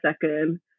second